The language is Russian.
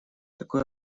такое